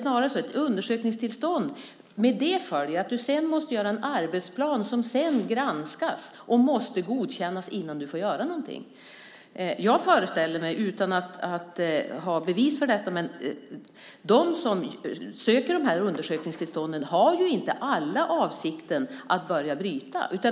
Med ett undersökningstillstånd följer att du måste göra en arbetsplan som sedan granskas och måste godkännas innan du får göra någonting. Utan att ha bevis för detta föreställer jag mig att inte alla av dem som ansöker om undersökningstillstånd har avsikten att börja bryta.